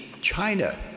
China